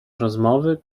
rozmowy